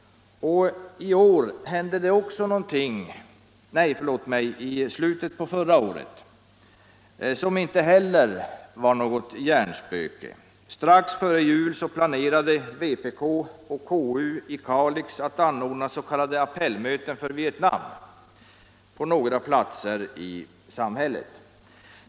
Och i slutet på förra året hände någonting som inte heller var något hjärnspöke. Strax före jul planerade vpk och KU i Kalix att anordna s.k. appellmöten för Vietnam på några platser i samhället.